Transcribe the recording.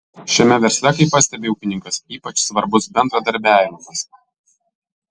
šiame versle kaip pastebi ūkininkas ypač svarbus bendradarbiavimas